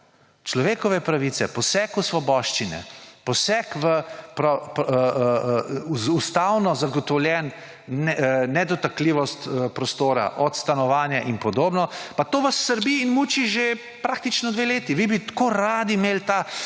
človekove pravice, poseg v svoboščine, poseg v ustavno zagotovljeno nedotakljivost prostora, od stanovanja in podobno. Pa to vas srbi in muči praktično že dve leti. Vi bi tako radi imeli ta fašistoidni